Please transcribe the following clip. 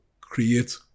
create